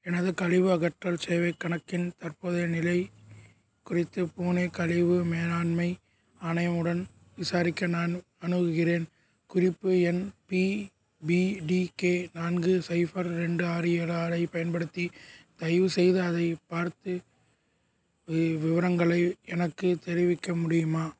எனது கழிவு அகற்றல் சேவைக் கணக்கின் தற்போதைய நிலை குறித்து பூனே கழிவு மேலாண்மை ஆணையம் உடன் விசாரிக்க நான் அணுகுகிறேன் குறிப்பு எண் பிபிடிகே நான்கு சைஃபர் ரெண்டு ஆறு ஏலு ஆறைப் பயன்படுத்தி தயவுசெய்து அதைப் பார்த்து வி விவரங்களை எனக்குத் தெரிவிக்க முடியுமா